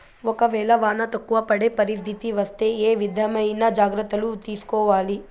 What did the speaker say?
ఒక వేళ వాన తక్కువ పడే పరిస్థితి వస్తే ఏ విధమైన జాగ్రత్తలు తీసుకోవాలి?